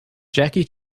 jackie